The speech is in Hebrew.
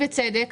ובצדק,